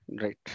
Right